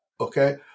Okay